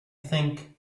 think